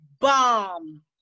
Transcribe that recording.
bomb